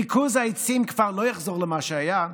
ריכוז העצים כבר לא יחזור למה שהיה.